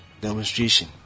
Demonstration